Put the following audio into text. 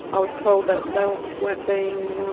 i was told that they weren't being